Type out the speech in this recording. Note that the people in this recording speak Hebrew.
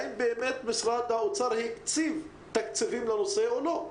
אם באמת משרד האוצר הקציב תקציבים לנושא או לא.